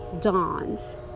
dawns